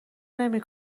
نمی